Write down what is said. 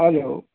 hello